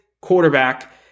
quarterback